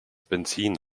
benzin